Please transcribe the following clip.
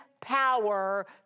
power